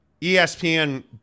ESPN